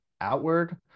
outward